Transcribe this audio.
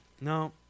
No